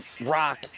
rock